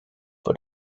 for